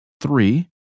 three